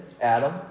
Adam